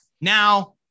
Now